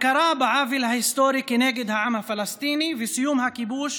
הכרה בעוול ההיסטורי כנגד העם הפלסטיני וסיום הכיבוש,